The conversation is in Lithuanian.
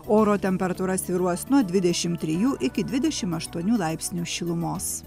oro temperatūra svyruos nuo dvidešim trijų iki dvidešim aštuonių laipsnių šilumos